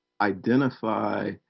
identify